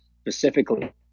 specifically